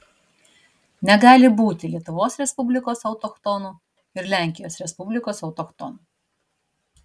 negali būti lietuvos respublikos autochtonų ir lenkijos respublikos autochtonų